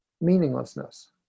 meaninglessness